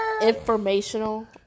informational